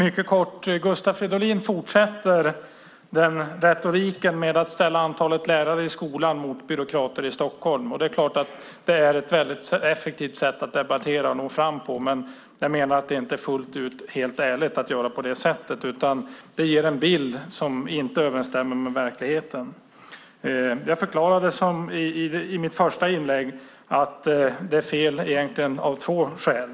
Fru talman! Gustav Fridolin fortsätter retoriken med att ställa antalet lärare i skolan mot byråkrater i Stockholm. Det är klart att det är ett effektivt sätt att debattera och komma fram på. Jag menar dock att det inte är helt ärligt att göra på det sättet. Det ger en bild som inte överensstämmer med verkligheten. Jag förklarade i mitt första inlägg att det är fel av två skäl.